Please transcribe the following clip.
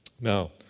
Now